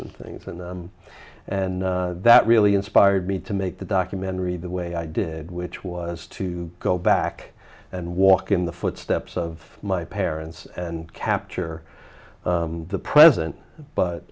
and things and and that really inspired me to make the documentary the way i did which was to go back and walk in the footsteps of my parents and capture the present but